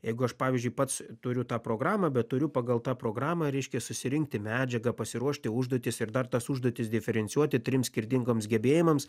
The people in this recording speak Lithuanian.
jeigu aš pavyzdžiui pats turiu tą programą bet turiu pagal tą programą reiškia susirinkti medžiagą pasiruošti užduotis ir dar tas užduotis diferencijuoti trims skirtingoms gebėjimams